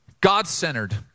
God-centered